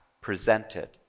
presented